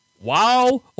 WoW